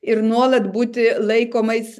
ir nuolat būti laikomais